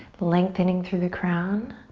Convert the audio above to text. lengthening through the crown.